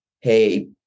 hey